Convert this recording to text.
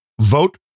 vote